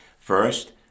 first